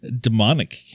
Demonic